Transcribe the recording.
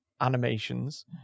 animations